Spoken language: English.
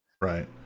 Right